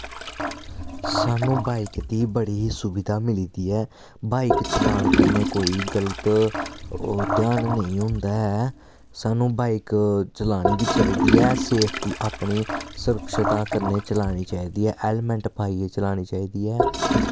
स्हानू बाइक दी बड़ी सुविधा मिली दी ऐ बाइक चलान कन्नै कोई गलत ओह् ध्यान नेईं होंदा ऐ स्हानू बाइक चलानी बी चाहिदी ऐ सेफ्टी अपनी सुरक्षा कन्नै चलानी चाहिदी ऐ हैल्मैट पाइयै चलानी चाहिदी ऐ